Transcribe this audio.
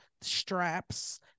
straps